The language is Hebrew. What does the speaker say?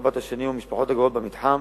רבת השנים ובמשפחות הגרות במתחם,